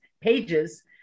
pages